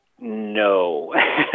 No